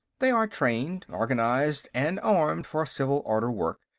they are trained, organized and armed for civil-order work,